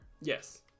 yes